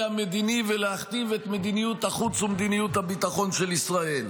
המדיני ולהכתיב את מדיניות החוץ ומדיניות הביטחון של ישראל.